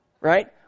right